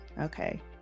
okay